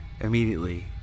immediately